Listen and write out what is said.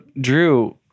Drew